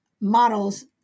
models